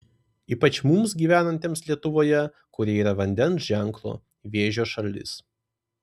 ypač mums gyvenantiems lietuvoje kuri yra vandens ženklo vėžio šalis